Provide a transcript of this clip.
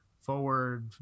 forward